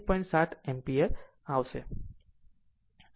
7 o ampere આવે છે